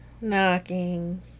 Knocking